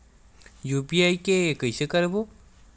UPI के कइसे करबो?